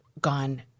gone